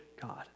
God